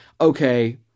okay